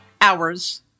hours